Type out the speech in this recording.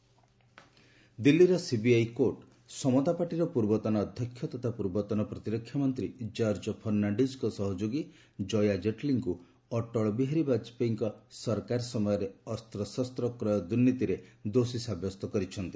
CBI court ଦିଲ୍ଲୀର CBI court Samata ପାର୍ଟିର ପୂର୍ବତନ ଅଧ୍ୟକ୍ଷ ତଥା ପୂର୍ବତନ ପ୍ରତିରକ୍ଷା ମନ୍ତ୍ରୀ ଜର୍ଜ ଫର୍ଷାଶ୍ଡିଜ୍ଙ୍କ ସହଯୋଗୀ ଜୟା ଜେଟ୍ଲୀଙ୍କ ଅଟଳ ବିହାରୀ ବାଜପେୟୀଙ୍କ ସରକାର ସମୟରେ ଅସ୍ତ୍ରଶସ୍ତ କ୍ରୟ ଦୂର୍ନୀତିରେ ଦୋଷୀ ସାବ୍ୟସ୍ତ କରିଛନ୍ତି